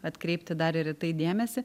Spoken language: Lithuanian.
atkreipti dar ir į tai dėmesį